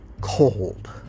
cold